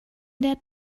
der